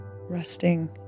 resting